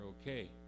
okay